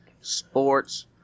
sports